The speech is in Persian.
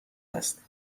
است